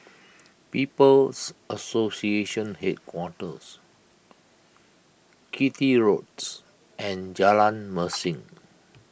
People's Association Headquarters Chitty Roads and Jalan Mesin